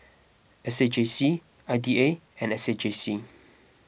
S A J C I D A and S A J C